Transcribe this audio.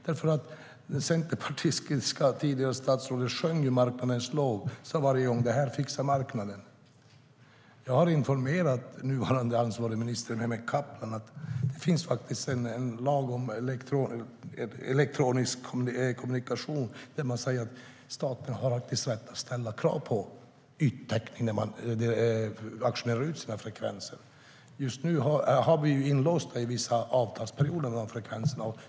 Det centerpartistiska tidigare statsrådet sjöng då marknadens lov och sade varje gång att det här fixar marknaden. Jag har informerat nuvarande ansvarig minister Mehmet Kaplan om att det finns en lag om elektronisk kommunikation, där det sägs att staten har rätt att ställa krav på yttäckning när man auktionerar ut sina frekvenser. Just nu har vi dessa frekvenser inlåsta i vissa avtalsperioder.